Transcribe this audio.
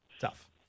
Tough